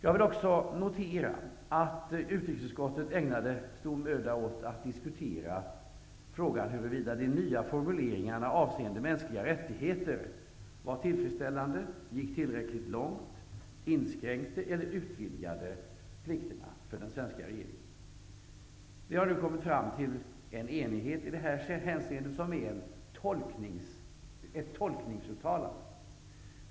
Jag vill också notera att utrikesutskottet ägnade stor möda åt att diskutera frågan huruvida de nya formuleringarna avseende mänskliga rättigheter var tillfredsställande, gick tillräckligt långt, inskränkte eller utvidgade plikterna för den svenska regeringen. Vi har nu kommit fram till en enighet i detta hänseende, som är ett tolkningsuttalande.